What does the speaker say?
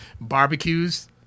barbecues